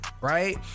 right